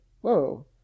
whoa